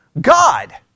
God